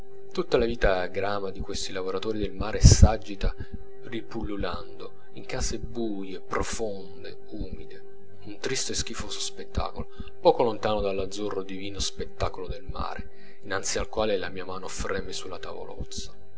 tutta la vita grama di questi lavoratori del mare s'agita ripullulando in case buie profonde umide un tristo e schifoso spettacolo poco lontano dall'azzurro divino spettacolo del mare innanzi al quale la mia mano freme sulla tavolozza